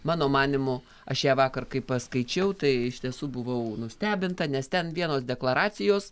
mano manymu aš ją vakar kai paskaičiau tai iš tiesų buvau nustebinta nes ten vienos deklaracijos